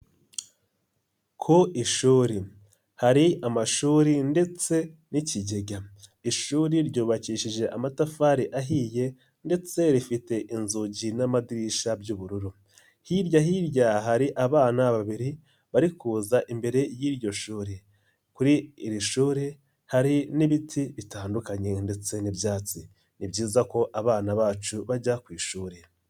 Ku ishuri hari amashuri ndetse n'ikigega, ishuri ryubakishije amatafari ahiye ndetse rifite inzugi n'amadirishya by'ubururu, hirya hirya hari abana babiri bari kuza imbere y'iryo shuri, kuri iri shuri hari n'ibiti bitandukanye ndetse n'ibyatsi ni byiza ko abana bacu bajya ku ishuri.